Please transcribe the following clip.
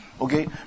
Okay